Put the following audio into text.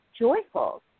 joyful